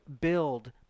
build